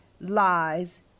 lies